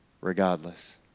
regardless